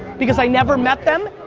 because i never met them,